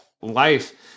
life